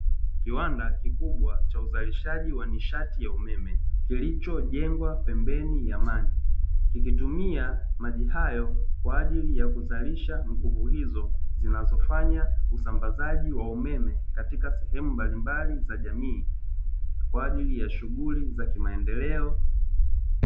Kiwanda kikubwa cha uzalishaji wa nishati ya umeme kilichojengwa pembeni ya maji kikitumia maji hayo kwa ajili ya kuzalisha nguvu hizo zinazofanya usambazaji wa umeme katika sehemu mbalimbali za jamii kwa ajili ya shughuli za kimaendeleo.